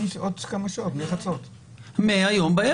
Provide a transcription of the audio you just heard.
מהערב.